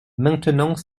maintenant